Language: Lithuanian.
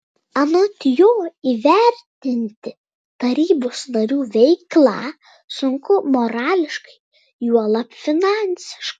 anot jo įvertinti tarybos narių veiklą sunku morališkai juolab finansiškai